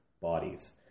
bodies